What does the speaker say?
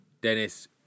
Dennis